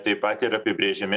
taip pat yra apibrėžiami